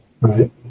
Right